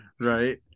Right